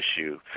issue